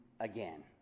again